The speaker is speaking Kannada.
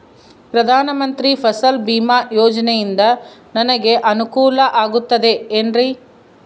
ಪ್ರಧಾನ ಮಂತ್ರಿ ಫಸಲ್ ಭೇಮಾ ಯೋಜನೆಯಿಂದ ನನಗೆ ಅನುಕೂಲ ಆಗುತ್ತದೆ ಎನ್ರಿ?